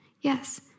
Yes